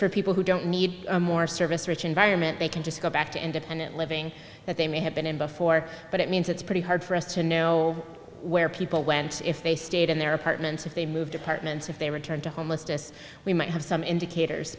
for people who don't need a more service rich environment they can just go back to independent living that they may have been in before but it means it's pretty hard for us to know where people went if they stayed in their apartments if they moved departments if they returned to homelessness we might have some indicators